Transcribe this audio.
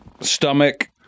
stomach